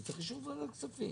זה צריך אישור ועדת כספים.